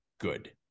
good